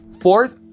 fourth